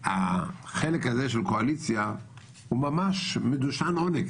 החלק הזה של קואליציה הוא ממש מדושן עונג,